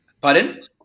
pardon